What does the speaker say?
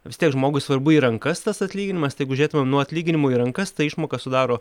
vis tiek žmogui svarbu į rankas tas atlyginimas tai jeigu žiūrėtumėm nuo atlyginimo į rankas ta išmoka sudaro